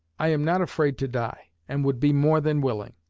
i am not afraid to die, and would be more than willing.